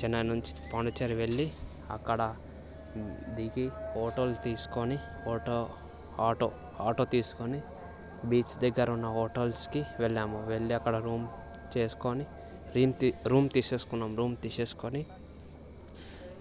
చెన్నై నుంచి పాండుచ్చేరి వెళ్ళిఅక్కడ దిగి ఫోటోలు తీసుకొని ఫోటో ఆటో ఆటో తీసుకొని బీచ్ దగ్గర ఉన్న హోటల్స్కి వెళ్ళాము వెళ్ళి అక్కడ రూమ్ చేసుకుని రూమ్ రూమ్ తీసేసుకున్న రూమ్ తీసుకుని